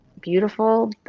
beautiful